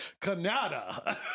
Canada